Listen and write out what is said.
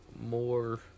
more